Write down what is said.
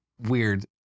weird